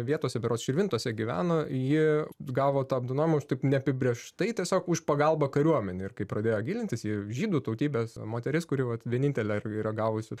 vietose berods širvintose gyveno ji gavo tą apdovanojimą už taip neapibrėžtai tiesiog už pagalbą kariuomenei ir kai pradėjo gilintis ji žydų tautybės moteris kuri vat vienintelė ir yra gavusi